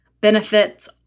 benefits